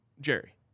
jerry